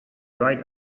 ride